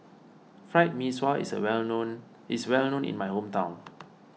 Fried Mee Sua is well known is well known in my hometown